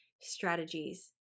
strategies